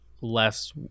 less